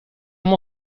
mon